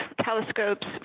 telescopes